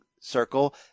circle